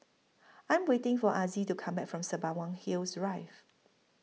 I'm waiting For Azzie to Come Back from Sembawang Hills Rive